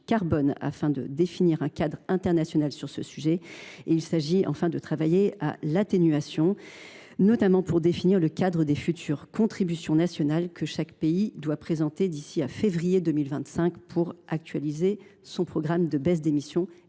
carbone afin de définir un cadre international sur ce sujet. Il faudra, enfin, travailler à l’atténuation, notamment pour définir le cadre des futures contributions nationales que chaque pays doit présenter d’ici au mois de février 2025 pour actualiser son programme de baisse d’émissions